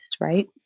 right